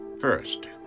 first